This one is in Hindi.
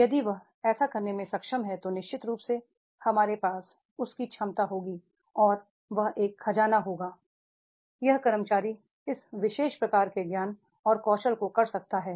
यदि वह ऐसा करने में सक्षम है तो निश्चित रूप से हमारे पास उसकी क्षमता होगी और वह एक खजाना होगा यह कर्मचारी इस विशेष प्रकार के ज्ञान और कौशल को कर सकता है